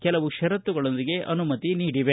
ಕೆಲವು ಷರತ್ತುಗಳೊಂದಿಗೆ ಅನುಮತಿ ನೀಡಿವೆ